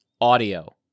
Audio